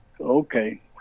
okay